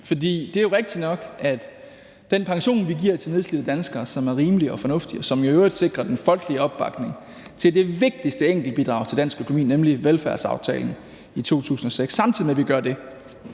politik. Det er jo rigtigt nok, at vi giver en pension til nedslidte danskere, som er rimelig og fornuftig, og som i øvrigt sikrer den folkelige opbakning til det vigtigste enkeltbidrag til dansk økonomi, nemlig velfærdsaftalen fra 2006, men vi leverer